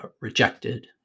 rejected